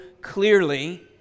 clearly